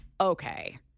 Okay